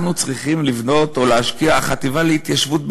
אנחנו צריכים לבנות או להשקיע, החטיבה להתיישבות,